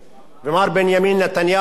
ומר בנימין נתניהו,